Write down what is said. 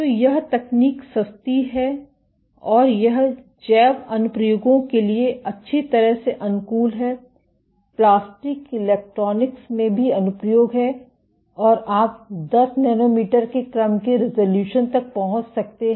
तो यह तकनीक सस्ती है और यह जैव अनुप्रयोगों के लिए अच्छी तरह से अनुकूल है प्लास्टिक इलेक्ट्रॉनिक्स में भी अनुप्रयोग है और आप 10 नैनोमीटर के क्रम के रिज़ॉल्यूशन तक पहुंच सकते हैं